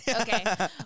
Okay